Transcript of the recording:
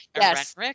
Yes